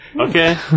Okay